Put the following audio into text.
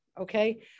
Okay